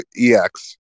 EX